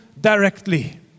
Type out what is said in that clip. directly